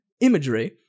imagery